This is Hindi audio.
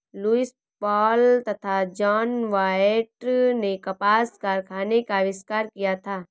लुईस पॉल तथा जॉन वॉयट ने कपास कारखाने का आविष्कार किया था